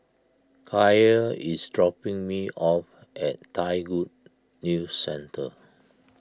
Kaia is dropping me off at Thai Good News Centre